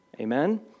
Amen